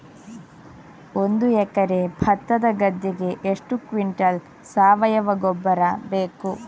ಒಂದು ಎಕರೆ ಭತ್ತದ ಗದ್ದೆಗೆ ಎಷ್ಟು ಕ್ವಿಂಟಲ್ ಸಾವಯವ ಗೊಬ್ಬರ ಬೇಕು?